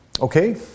Okay